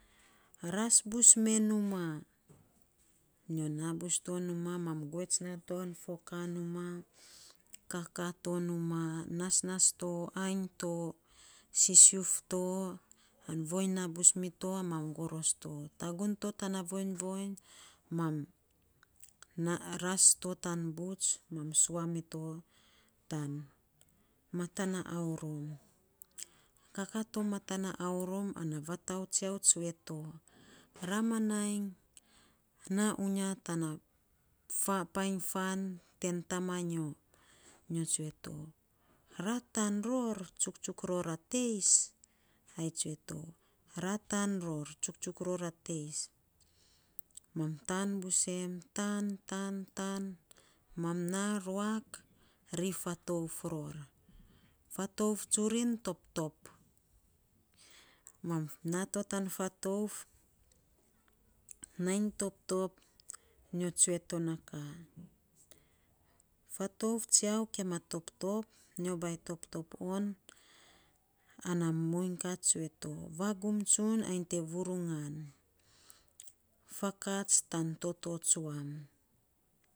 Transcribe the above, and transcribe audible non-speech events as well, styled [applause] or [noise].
Ras bus me numaa nyo na bus to numaa nyo govets nato fo a numaa, kakaa to, nasnas to ainy to, sisiuf to viny na bus mito mam goros to. Tagun to tana voiny voiny mam naa ras to tan buts, sua mito tan matan na aurom, kakaa to matan na aurom ana vatau tsiau tsue to ra ma, ra ma nai naa uya tana [hesitation] fan, painy fan ten tama nyo. Nyo tsue to, ra tan ror, tsuktsuk ror a teis, ai tsue to ra taan ror, ra taan ror tsuktsuk ror a teis, mam taan busem taan, taan, taan mam na ruak, ri fatouf ror, fatouf tsurin toptop, mam naa to tan fatouf. nai toptop. Nyo bainy toptop on ana muiny ka tsue to na ka, fatouf tsiau kiama toptop. Nyo bainy toptop on ana muiny ka tsue to na ka vagum tsun, nyi te vurungan, fakats tan toto tsuam.